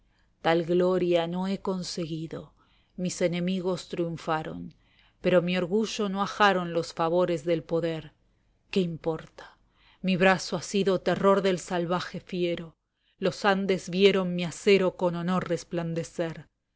tal gloria no he conseguido mis enemigos triunfaron pero mi orgullo no ajaron los favores del poder qué importa mi brazo ha sido terror del salvaje fiero los andes vieron mi acero con honor resplandecer